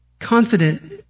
confident